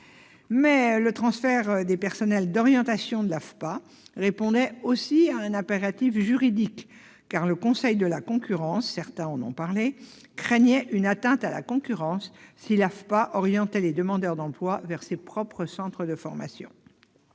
Le transfert des personnels d'orientation de l'AFPA répondait également à un impératif juridique, car le Conseil de la concurrence craignait une atteinte à la concurrence si l'AFPA orientait les demandeurs d'emploi vers ses propres centres de formation.